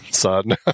son